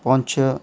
Poonch